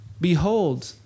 Behold